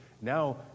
now